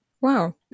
Wow